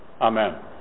Amen